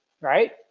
right